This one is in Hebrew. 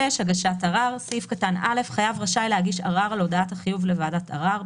"הגשת ערר 46. (א)חייב רשאי להגיש ערר על הודעת החיוב לוועדת ערר,